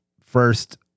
first